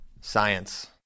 science